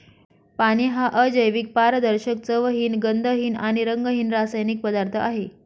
पाणी हा अजैविक, पारदर्शक, चवहीन, गंधहीन आणि रंगहीन रासायनिक पदार्थ आहे